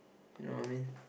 you know what I mean